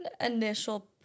initial